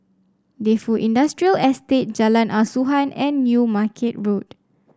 Defu Industrial Estate Jalan Asuhan and New Market Road